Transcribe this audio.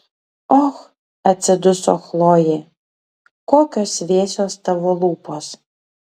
och atsiduso chlojė kokios vėsios tavo lūpos